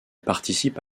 participe